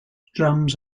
drums